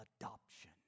adoption